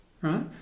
right